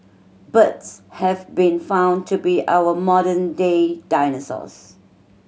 birds have been found to be our modern day dinosaurs